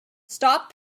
stop